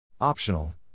Optional